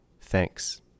thanks